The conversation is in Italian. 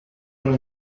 non